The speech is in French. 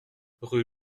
rue